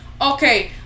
Okay